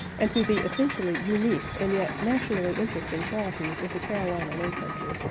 and to the essentially unique and yet nationally interesting qualities of the carolina low country,